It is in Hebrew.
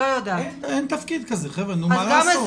אין תפקיד כזה, מה לעשות.